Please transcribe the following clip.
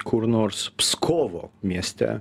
kur nors pskovo mieste